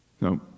No